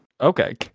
okay